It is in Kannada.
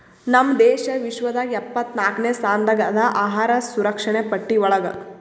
ನಮ್ ದೇಶ ವಿಶ್ವದಾಗ್ ಎಪ್ಪತ್ನಾಕ್ನೆ ಸ್ಥಾನದಾಗ್ ಅದಾ ಅಹಾರ್ ಸುರಕ್ಷಣೆ ಪಟ್ಟಿ ಒಳಗ್